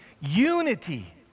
Unity